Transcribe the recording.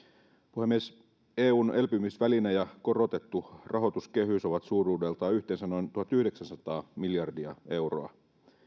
sanan siitä puhemies eun elpymisväline ja korotettu rahoituskehys ovat suuruudeltaan yhteensä noin tuhatyhdeksänsataa miljardia euroa